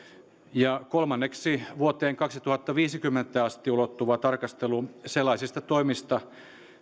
kolmanneksi vuoteen kaksituhattaviisikymmentä asti ulottuvasta tarkastelusta sellaisista toimista